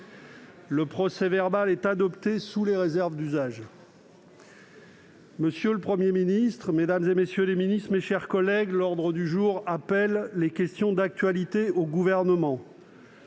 Le procès-verbal est adopté sous les réserves d'usage. Monsieur le Premier ministre, mesdames, messieurs les ministres, mes chers collègues, l'ordre du jour appelle les réponses à des questions d'actualité au Gouvernement.